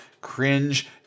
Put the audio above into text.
cringe